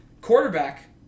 quarterback